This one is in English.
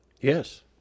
Yes